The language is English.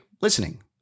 listening